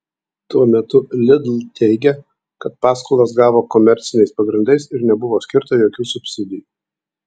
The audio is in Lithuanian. tuo metu lidl teigia kad paskolas gavo komerciniais pagrindais ir nebuvo skirta jokių subsidijų